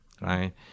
right